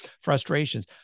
frustrations